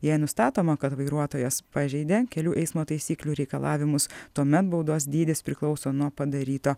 jei nustatoma kad vairuotojas pažeidė kelių eismo taisyklių reikalavimus tuomet baudos dydis priklauso nuo padaryto